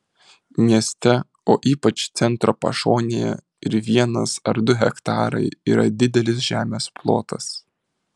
mieste o ypač centro pašonėje ir vienas ar du hektarai yra didelis žemės plotas